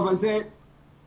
אנחנו יודעים.